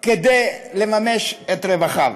כדי לממש את רווחיו.